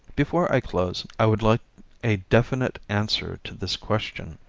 before i close i would like a definite answer to this question